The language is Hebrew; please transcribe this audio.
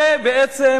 זה בעצם